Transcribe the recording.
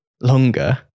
longer